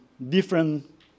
Different